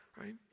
right